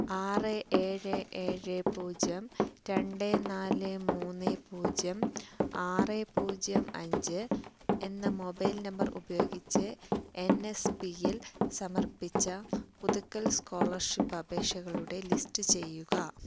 ആറ് ഏഴ് ഏഴ് പൂജ്യം രണ്ട് നാല് മൂന്ന് പൂജ്യം ആറ് പൂജ്യം അഞ്ച് എന്ന മൊബൈൽ നമ്പർ ഉപയോഗിച്ച് എൻ എസ് പി യിൽ സമർപ്പിച്ച പുതുക്കൽ സ്കോളർഷിപ്പ് അപേക്ഷകളുടെ ലിസ്റ്റ് ചെയ്യുക